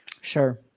Sure